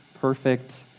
perfect